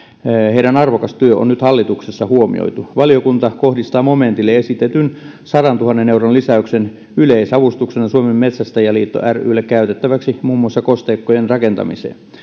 heidän arvokas työnsä on nyt hallituksessa huomioitu valiokunta kohdistaa momentille esitetyn sadantuhannen euron lisäyksen yleisavustuksena suomen metsästäjäliitto rylle käytettäväksi muun muassa kosteikkojen rakentamiseen